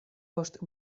post